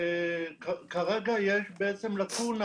כרגע יש לקונה